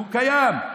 והוא קיים.